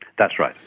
that's right.